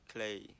Clay